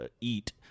eat